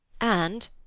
And